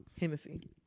Hennessy